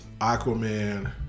Aquaman